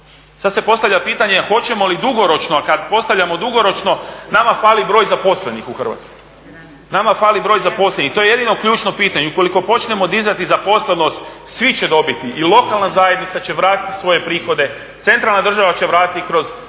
Sad se postavlja pitanje hoćemo li dugoročno, kad postavljamo dugoročno nama fali broj zaposlenih u Hrvatskoj, nama fali broj zaposlenih i to je jedino ključno pitanje. I ukoliko počnemo dizati zaposlenost svi će dobiti i lokalna zajednica će vratiti svoje prihode, centralna država će vratiti kroz